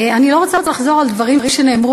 אני לא רוצה לחזור על דברים שנאמרו,